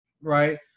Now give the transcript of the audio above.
right